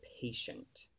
patient